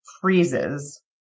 freezes